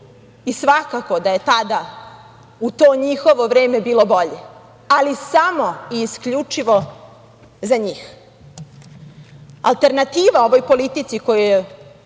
Svakako da je tada u to njihovo vreme bilo bolje, ali samo i isključivo za njih. Alternativa ovoj politici koju danas